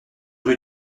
rue